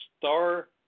star